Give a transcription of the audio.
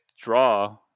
draw